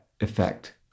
effect